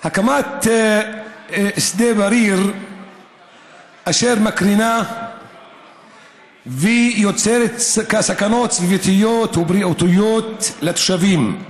הקמת שדה בריר מקרינה ויוצרת סכנות סביבתיות ובריאותיות לתושבים.